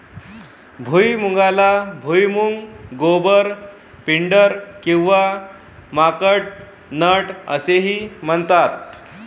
भुईमुगाला भुईमूग, गोबर, पिंडर किंवा माकड नट असेही म्हणतात